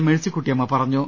മേഴ്സിക്കുട്ടിയമ്മ പറഞ്ഞു